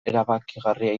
erabakigarria